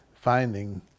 finding